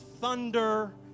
thunder